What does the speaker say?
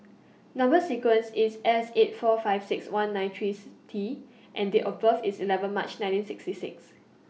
Number sequence IS S eight four five six one nine three T and Date of birth IS eleven March nineteen sixty six